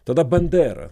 tada bandera